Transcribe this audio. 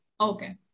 Okay